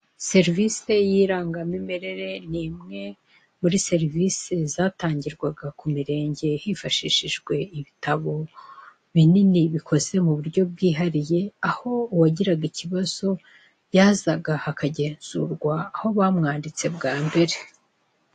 Serivize y'irangamimerere ni imwe muri serivize zatangirwaga ku mirenge hifashishijwe ibitabo binini bikoze mu buryo bwihariye aho uwagiraga ikibazo yazaga akagenzurwa aho bamwanditse bwa mbere.